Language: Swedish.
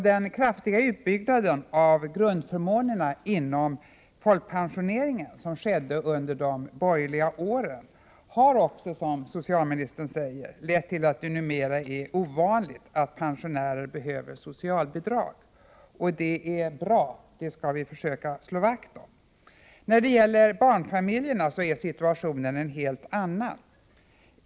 Den kraftiga utbyggnad av grundförmånerna inom folkpensioneringen som skedde under de borgerliga åren har, som socialministern också säger, lett till att det numera är ovanligt att pensionärer behöver socialbidrag. Det är bra, och detta skall vi försöka slå vakt om. När det gäller barnfamiljerna är situationen en helt annan.